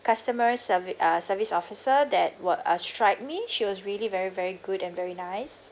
customer servi~ uh service officer that were uh strike me she was really very very good and very nice